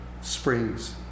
springs